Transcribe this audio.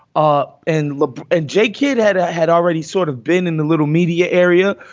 ah and and jake kidd had ah had already sort of been in the little media area.